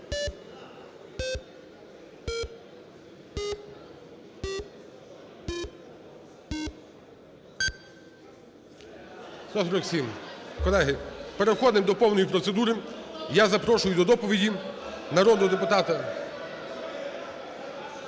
147. Колеги, переходимо до повної процедури. Я запрошую до доповіді народного депутата…